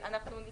והדיון הזה